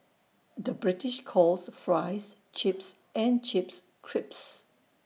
the British calls Fries Chips and Chips Crisps